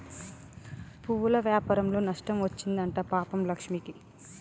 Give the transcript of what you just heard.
పువ్వుల వ్యాపారంలో నష్టం వచ్చింది అంట పాపం లక్ష్మికి